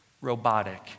robotic